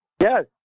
yes